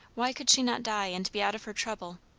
why could she not die and be out of her trouble?